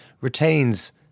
retains